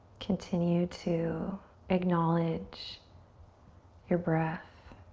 continue to acknowledge your breath.